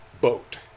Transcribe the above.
boat